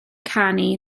canu